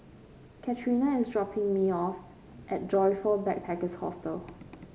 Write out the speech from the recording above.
Katerina is dropping me off at Joyfor Backpackers' Hostel